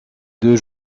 deux